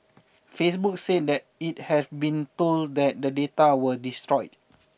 Facebook said that it have been told that the data were destroyed